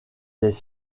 des